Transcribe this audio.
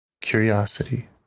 curiosity